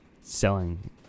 selling